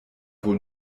wohl